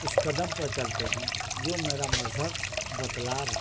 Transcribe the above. اس قدم پر چلتے ہیں جو میرا مذہب بتلا رہا